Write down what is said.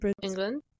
England